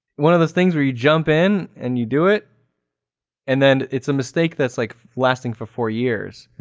one of those things where you jump in and you do it and then it's a mistake that's like lasting for four years.